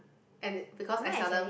and it's because I seldom